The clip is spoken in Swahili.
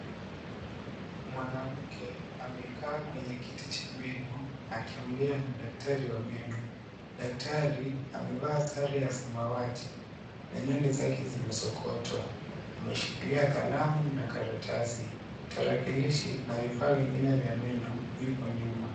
Mwanamke amekaa kwenye kiti cha meno, akiongea na daktari wa meno. Daktari amevaa sare ya samawati, na nywele zake zimesokotwa. Ameshikilia kalamu na karatasi. Tarakilishi na vifaa vingine vya meno vipo nyuma.